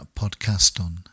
podcaston